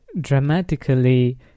dramatically